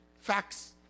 Facts